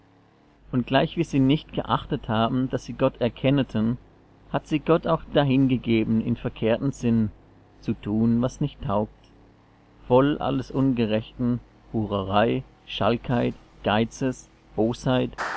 und gleichwie sie nicht geachtet haben daß sie gott erkenneten hat sie gott auch dahingegeben in verkehrten sinn zu tun was nicht taugt voll alles ungerechten hurerei schalkheit geizes bosheit